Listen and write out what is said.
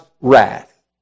wrath